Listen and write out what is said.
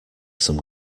some